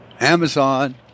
Amazon